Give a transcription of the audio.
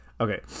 Okay